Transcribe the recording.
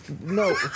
no